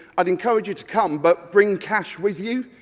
i encourage you to come but bring cash with you,